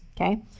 okay